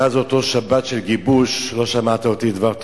מאז אותה שבת של גיבוש לא שמעת אותי בדבר תורה,